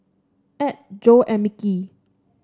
Add Jo and Mickey